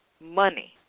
money